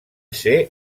ser